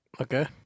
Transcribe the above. okay